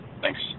Thanks